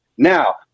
Now